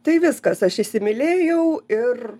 tai viskas aš įsimylėjau ir